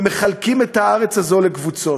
ומחלקים את הארץ הזו לקבוצות.